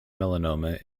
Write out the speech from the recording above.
melanoma